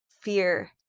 fear